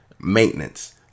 maintenance